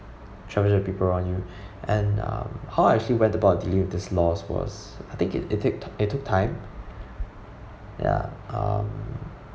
treasure people around you and um how I feel whether about dealing with this loss was I think it it take it took time ya um